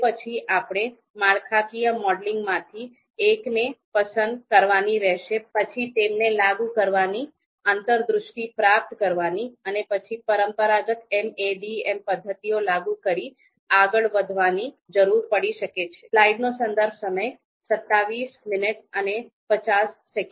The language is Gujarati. તો પછી આપણે માળખાકીય મોડેલો માંથી એકને પસંદ કરવાનીરેહશે પછી તેમને લાગુ કરવાની આંતરદૃષ્ટિ પ્રાપ્ત કરવાની અને પછી પરંપરાગત MADM પદ્ધતિઓ લાગુ કરી આગળ વધવાની જરૂર પડી શકે છે